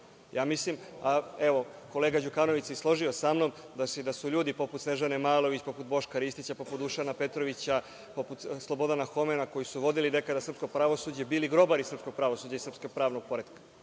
radili. Evo, kolega Đukanović se i složio sa mnom da su ljudi poput Snežane Malović, poput Boška Ristića, poput Dušana Petrovića, poput Slobodana Homena, koji su vodili nekada sudsko pravosuđe ili grobari srpskog pravosuđa, srpskog pravnog poretka.